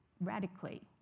radically